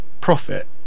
profit